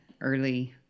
early